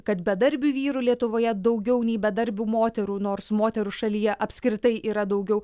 kad bedarbių vyrų lietuvoje daugiau nei bedarbių moterų nors moterų šalyje apskritai yra daugiau